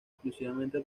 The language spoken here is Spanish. exclusivamente